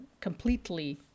completely